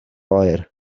oer